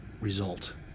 result